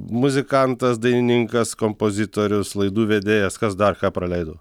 muzikantas dainininkas kompozitorius laidų vedėjas kas dar ką praleidau